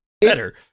Better